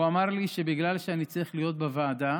והוא אמר לי שבגלל שאני צריך להיות בוועדה